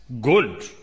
Good